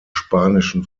spanischen